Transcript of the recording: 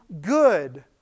good